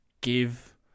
give